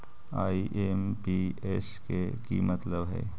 IMPS के कि मतलब है?